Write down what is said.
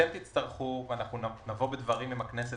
אנחנו נבוא בדברים עם הכנסת,